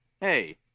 Hey